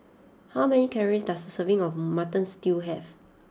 how many calories does a serving of Mutton Stew have